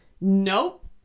Nope